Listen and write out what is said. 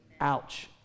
Ouch